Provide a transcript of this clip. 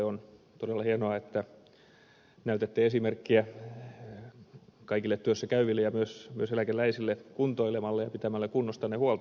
on todella hienoa että näytätte esimerkkiä kaikille työssä käyville ja myös eläkeläisille kuntoilemalla ja pitämällä kunnostanne huolta